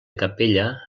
capella